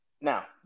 Now